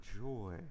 joy